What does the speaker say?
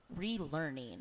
relearning